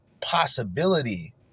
possibility